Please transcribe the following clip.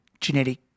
genetic